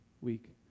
week